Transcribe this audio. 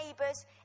neighbours